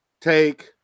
take